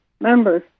members